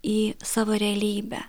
į savo realybę